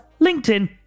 LinkedIn